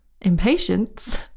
impatience